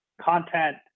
content